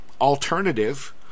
alternative